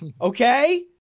Okay